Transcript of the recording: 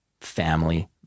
family